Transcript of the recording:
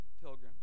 pilgrims